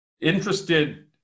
interested